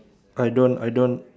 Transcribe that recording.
I don't I don't